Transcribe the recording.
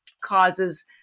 causes